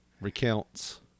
recounts